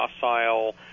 docile